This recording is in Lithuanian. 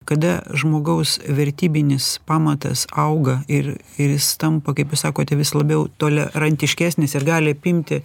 kada žmogaus vertybinis pamatas auga ir ir jis tampa kaip jūs sakote vis labiau tolerantiškesnis ir gali apimti